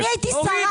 אני הייתי שרה,